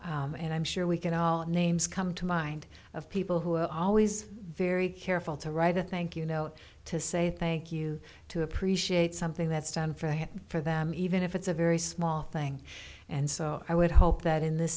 and i'm sure we can all names come to mind of people who are always very careful to write a thank you note to say thank you to appreciate something that's done for him for them even if it's a very small thing and so i would hope that in th